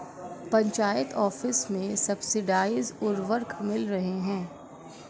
panchayat office में subsidised उर्वरक मिल रहे हैं